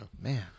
Man